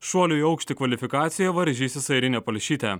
šuolių į aukštį kvalifikacijoje varžysis airinė palšytė